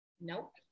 Nope